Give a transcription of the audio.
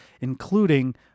including